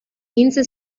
hinze